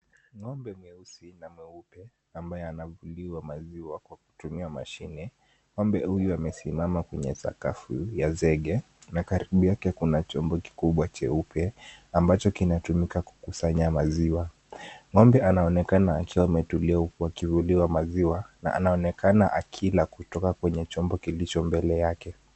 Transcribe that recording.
Ng'ombe mweusi na nyeupe ambaye anavuliwa maziwa kwa kutumia mashini. Ng'ombe huyu amesimama kwenye sakafu ya zege na karibu yake kuna chombo kikubwa cheupe ambacho kinatumika kukusanya maziwa. Ng'ombe anaonekana akiwa ametulia huku akivuliwa maziwa na anaonekana akila kutoka kwenye chombo kilicho mbele yake.